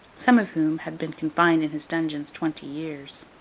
some of whom had been confined in his dungeons twenty years.